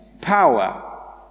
power